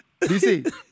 DC